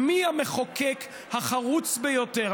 מי המחוקק החרוץ ביותר.